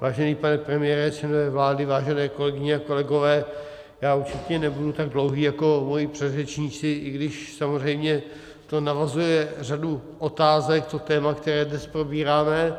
Vážený pane premiére, členové vlády, vážené kolegyně a kolegové, já určitě nebudu tak dlouhý jako moji předřečníci, i když samozřejmě to navozuje řadu otázek, to téma, které dnes probíráme.